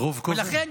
ולכן,